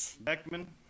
Beckman